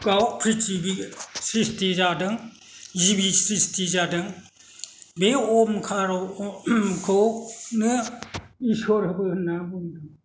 आव प्रिथिबि स्रिस्ति जादों जिबि स्रिस्ति जादों बे अमखारखौनो इसोरबो होनना बुङो